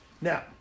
Now